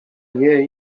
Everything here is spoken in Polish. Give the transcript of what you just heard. jej